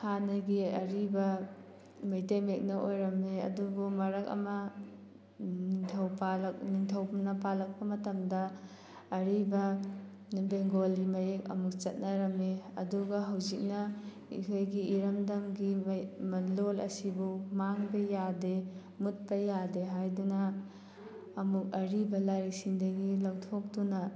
ꯍꯥꯟꯅꯒꯤ ꯑꯔꯤꯕ ꯃꯩꯇꯩ ꯃꯌꯦꯛꯅ ꯑꯣꯏꯔꯝꯃꯦ ꯑꯗꯨꯕꯨ ꯃꯔꯛ ꯑꯃ ꯅꯤꯡꯊꯧ ꯅꯤꯡꯊꯧꯅ ꯄꯥꯜꯂꯛꯄ ꯃꯇꯝꯗ ꯑꯔꯤꯕ ꯕꯦꯡꯒꯣꯂꯤ ꯃꯌꯦꯛ ꯑꯃꯨꯛ ꯆꯠꯅꯔꯝꯃꯦ ꯑꯗꯨꯒ ꯍꯧꯖꯤꯛꯅ ꯑꯩꯈꯣꯏꯒꯤ ꯏꯔꯝꯗꯝꯒꯤ ꯂꯣꯟ ꯑꯁꯤꯕꯨ ꯃꯥꯡꯕ ꯌꯥꯗꯦ ꯃꯨꯠꯄ ꯌꯥꯗꯦ ꯍꯥꯏꯗꯨꯅ ꯑꯃꯨꯛ ꯑꯔꯤꯕ ꯂꯥꯏꯔꯤꯛꯁꯤꯡꯗꯒꯤ ꯂꯧꯊꯣꯛꯇꯨꯅ